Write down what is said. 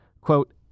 Quote